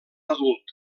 adult